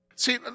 See